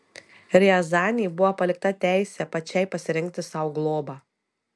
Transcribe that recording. riazanei buvo palikta teisė pačiai pasirinkti sau globą